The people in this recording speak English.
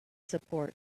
support